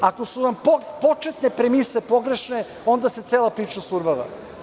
Ako su vam početne premise pogrešne, onda se cela priča survava.